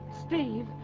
Steve